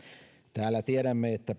täällä tiedämme että